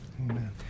Amen